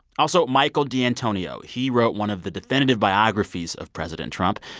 also, michael d'antonio he wrote one of the definitive biographies of president trump.